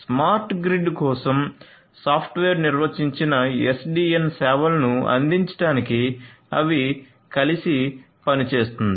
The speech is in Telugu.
స్మార్ట్ గ్రిడ్ కోసం సాఫ్ట్వేర్ నిర్వచించిన ఎస్డిఎన్ సేవలను అందించడానికి అవి కలిసి పనిచేస్తుంది